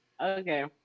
Okay